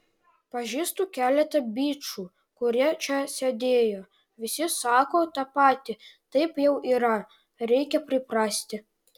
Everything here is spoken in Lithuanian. pažįstu keletą bičų kurie čia sėdėjo visi sako tą patį taip jau yra reikia priprasti